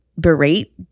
berate